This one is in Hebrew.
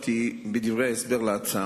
יש היגיון, אבל ההיגיון לא מספיק.